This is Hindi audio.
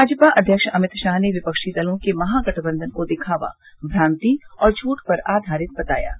भाजपा अध्यक्ष अमित शाह ने विपक्षी दलों के महागठबंधन को दिखावा भ्रांति और झूठ पर आधारित बताया है